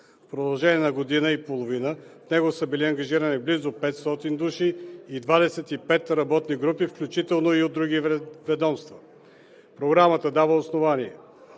продължение на година и половина в него са били ангажирани близо 500 души в 25 работни групи, включително и от други ведомства. Програмата дава основните